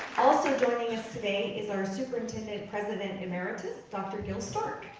also joining us today, is our superintendent president emeritus, dr. gil stork.